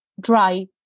dry